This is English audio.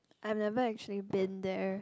I've never actually been there